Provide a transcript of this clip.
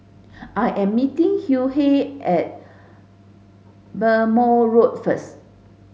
I am meeting Hughey at Bhamo Road first